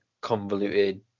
convoluted